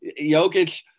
Jokic